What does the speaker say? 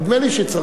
נדמה לי שצריך